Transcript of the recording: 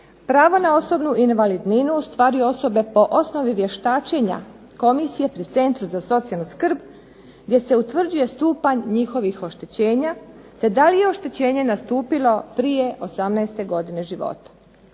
Pravo na osobnu invalidninu stvar je osobe po osnovi vještačenja komisije pri Centru za socijalnu skrb gdje se utvrđuje stupanj njihovih oštećenja te da li je oštećenje nastupilo prije 18 godine života.